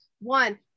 one